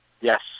Yes